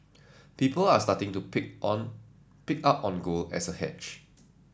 people are starting to pick on pick up on gold as a hedge